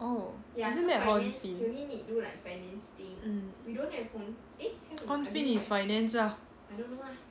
oh isn't that a hon fin mm hon fin is finance lah